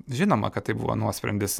žinoma kad tai buvo nuosprendis